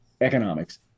economics